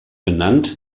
benannt